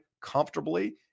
comfortably